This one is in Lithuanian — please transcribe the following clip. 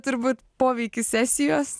turbūt poveikį sesijos